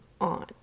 on